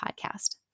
podcast